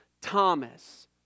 Thomas